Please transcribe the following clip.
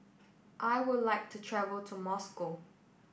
I would like to travel to Moscow